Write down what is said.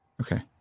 Okay